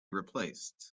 replaced